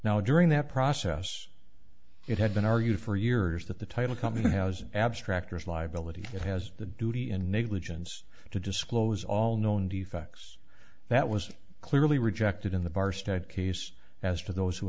now during that process it had been argued for years that the title company has abstractness liability it has the duty in negligence to disclose all known defects that was clearly rejected in the bar stat case as to those who